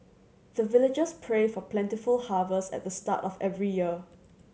the villagers pray for plentiful harvest at the start of every year